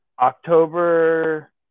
October